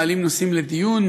מעלים נושאים לדיון,